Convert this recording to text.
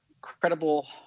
credible